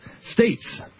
states